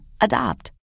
Adopt